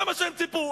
זה מה שהם ציפו.